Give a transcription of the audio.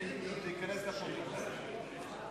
זה ייכנס לפרוטוקול.